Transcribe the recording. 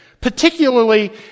particularly